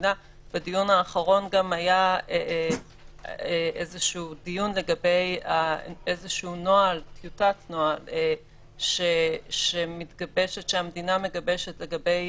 בדיון האחרון היה דיון לגבי טיוטת נוהל שהמדינה מגבשת לגבי